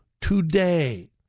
today